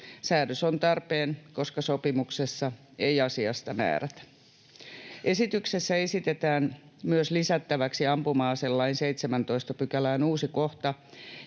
Säädös on tarpeen, koska sopimuksessa ei asiasta määrätä. Esityksessä esitetään myös lisättäväksi ampuma-aselain 17 §:ään uusi kohta,